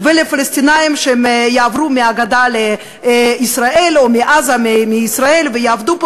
ולפלסטינים שיעברו מהגדה לישראל או מעזה לישראל ויעבדו פה